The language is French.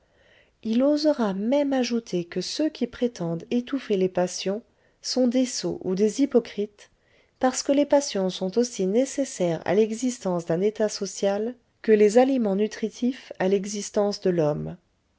il osera même ajouter que eux qui prétendent étouffer les passions sont des sots ou des hypocrites parce que les passions sont aussi nécessaires à l'existence d'un état social que les aliments nutritifs à l'existence de l'homme